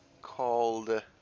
called